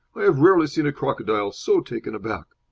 i have rarely seen a crocodile so taken aback.